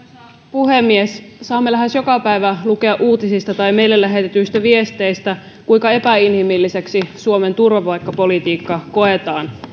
puhemies saamme lähes joka päivä lukea uutisista tai meille lähetetyistä viesteistä kuinka epäinhimilliseksi suomen turvapaikkapolitiikka koetaan